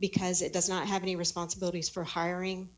because it does not have any responsibilities for hiring